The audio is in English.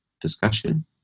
discussion